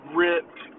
ripped